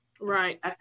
Right